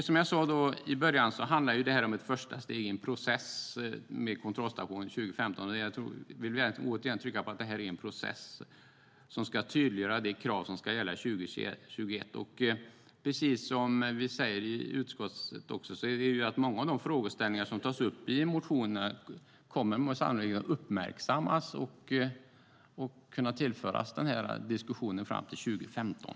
Som jag sade i början handlar detta om ett första steg i en process med en kontrollstation 2015. Jag vill återigen trycka på att det är en process som ska tydliggöra de krav som ska gälla 2021. Precis som vi säger i utskottet kommer många av de frågeställningar som tas upp i motionerna sannolikt att uppmärksammas och kunna tillföras diskussionen fram till 2015.